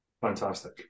Fantastic